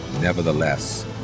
Nevertheless